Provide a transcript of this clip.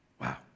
Wow